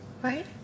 Right